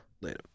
Later